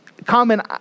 common